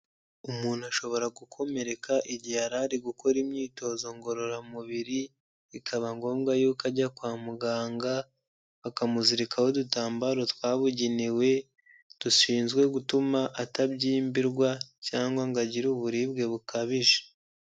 Umuntu ashobora gukomereka igihe yari gukora imyitozo ngororamubiri, bikaba ngombwa yuko ajya kwa muganga, bakamuzirikaho udutambaro twabugenewe, dushinzwe gutuma atabyimbirwa, cyangwa ngo agire uburibwe bukabije.